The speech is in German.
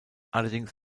allerdings